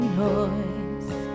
noise